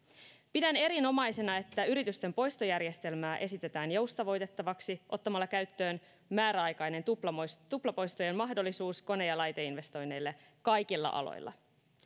pidän erinomaisena että yritysten poistojärjestelmää esitetään joustavoitettavaksi ottamalla käyttöön määräaikainen tuplapoistojen tuplapoistojen mahdollisuus kone ja laiteinvestoinneille kaikilla aloilla